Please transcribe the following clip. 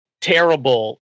terrible